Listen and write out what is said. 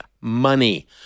money